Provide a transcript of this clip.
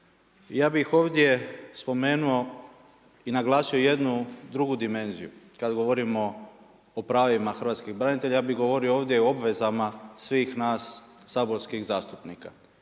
Ja bih ovdje spomenuo i naglasio jednu drugu dimenziju kada govorimo o pravima hrvatskih branitelja, ja bi govorio ovdje o obvezama svih nas saborskih zastupnika